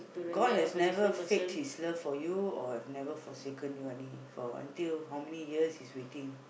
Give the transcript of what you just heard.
God has never faked his love for you or have never forsaken you any for until how many years he's waiting